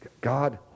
God